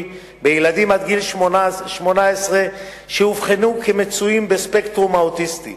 בילדים עד גיל 18 שאובחנו כמצויים בספקטרום האוטיסטי.